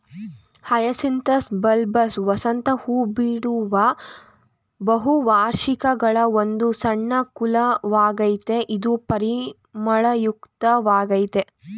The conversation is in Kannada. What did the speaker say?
ಹಯಸಿಂಥಸ್ ಬಲ್ಬಸ್ ವಸಂತ ಹೂಬಿಡುವ ಬಹುವಾರ್ಷಿಕಗಳ ಒಂದು ಸಣ್ಣ ಕುಲವಾಗಯ್ತೆ ಇದು ಪರಿಮಳಯುಕ್ತ ವಾಗಯ್ತೆ